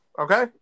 Okay